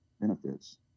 benefits